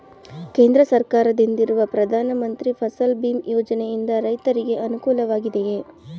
ಕೇಂದ್ರ ಸರ್ಕಾರದಿಂದಿರುವ ಪ್ರಧಾನ ಮಂತ್ರಿ ಫಸಲ್ ಭೀಮ್ ಯೋಜನೆಯಿಂದ ರೈತರಿಗೆ ಅನುಕೂಲವಾಗಿದೆಯೇ?